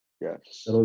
Yes